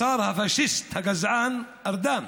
השר הפאשיסט הגזען ארדן.